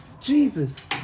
Jesus